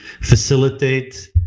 facilitate